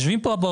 דרך